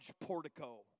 portico